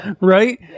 Right